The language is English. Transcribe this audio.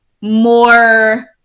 more